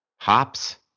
hops